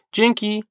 Dzięki